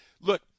look